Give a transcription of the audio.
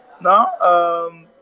No